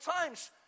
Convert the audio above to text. times